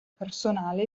personale